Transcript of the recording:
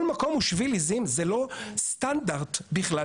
כל מקום הוא שביל עיזים, זה לא סטנדרט בכלל.